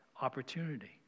opportunity